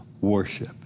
worship